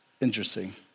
interesting